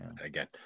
again